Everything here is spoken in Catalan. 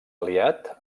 aliat